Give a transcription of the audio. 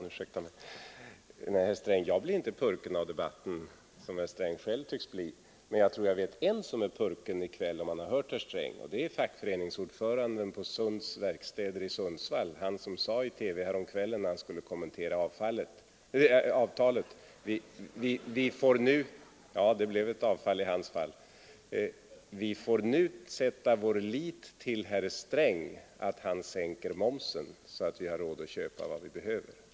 Nej, herr Sträng, jag blev inte purken av debatten som herr Sträng själv tycks bli, men jag tror att jag vet en som blivit purken i kväll, om han hört herr Sträng, och det är fackföreningsordföranden på Sunds verkstäder i Sundsvall, han som häromkvällen i TV sade när han skulle kommentera avtalet: Vi får nu sätta vår lit till att herr Sträng sänker momsen, så att vi har råd att köpa vad vi behöver.